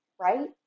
right